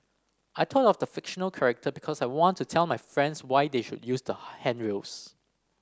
I thought of the fictional character because I want to tell my friends why they should use the handrails